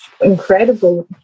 incredible